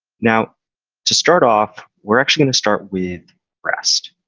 now to start off, we're actually going to start with rest,